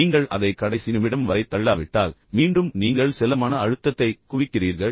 நீங்கள் அதை கடைசி நிமிடம் வரை தள்ளாவிட்டால் பின்னர் பின்னர் மீண்டும் நீங்கள் சில மன அழுத்தத்தை குவிக்கிறீர்கள்